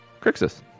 Crixus